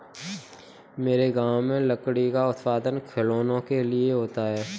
मेरे गांव में लकड़ी का उत्पादन खिलौनों के लिए होता है